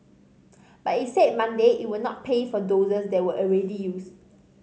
but it said Monday it would not pay for doses that were already used